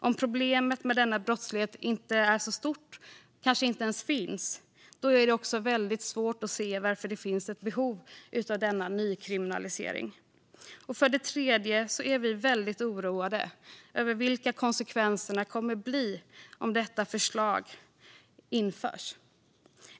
Om problemet med denna brottslighet inte är så stort, och kanske inte ens finns, är det väldigt svårt att se varför det finns ett behov av denna nykriminalisering. För det tredje är vi väldigt oroade över vilka konsekvenserna kommer att bli om förslaget införs.